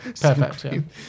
Perfect